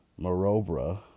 Marobra